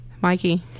Mikey